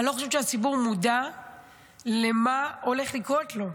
אני לא חושבת שהציבור מודע למה שהולך לקרות לו,